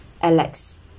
Alex